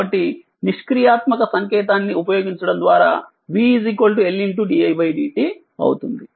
కాబట్టినిష్క్రియాత్మక సంకేతాన్ని ఉపయోగించడం ద్వారా v Ldidt అవుతుంది